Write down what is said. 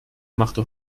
machte